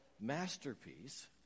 masterpiece